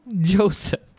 Joseph